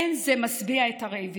אין זה משביע את הרעבים.